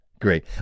great